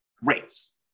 rates